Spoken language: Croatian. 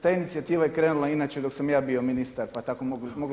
Ta inicijativa je krenula inače dok sam ja bio ministar pa tako mogli